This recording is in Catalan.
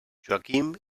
joaquim